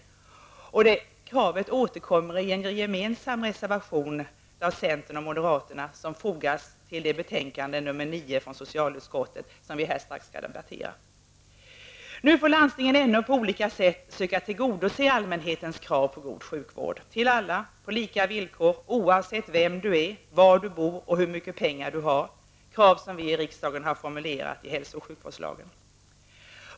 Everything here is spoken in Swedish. Detta krav återkommer i en gemensam reservation av centern och moderaterna fogad till betänkande nr 9 från socialutskottet som vi här strax skall debattera. Nu får landstingen ändå på olika sätt söka tillgodose allmänhetens krav på god sjukvård till alla på lika villkor oavsett vem du är, var du bor och hur mycket pengar du har -- krav som vi i riksdagen har formulerat i hälso och sjukvårdslagen.